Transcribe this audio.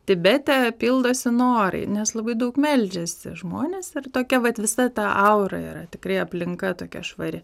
tibete pildosi norai nes labai daug meldžiasi žmonės ir tokia vat visa ta aura yra tikrai aplinka tokia švari